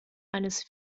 eines